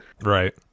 Right